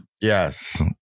Yes